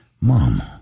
mom